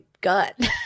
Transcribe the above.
gut